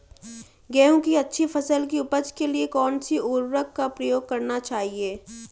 गेहूँ की अच्छी फसल की उपज के लिए कौनसी उर्वरक का प्रयोग करना चाहिए?